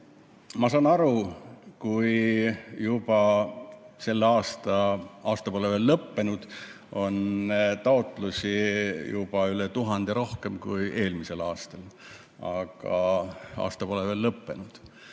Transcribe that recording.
Ma saan aru, et nüüd, kui see aasta pole veel lõppenud, on taotlusi juba üle tuhande rohkem kui eelmisel aastal. Aga aasta pole veel lõppenud.